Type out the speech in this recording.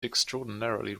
extraordinarily